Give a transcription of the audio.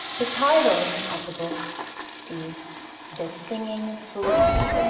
the title of the book is the singing flute.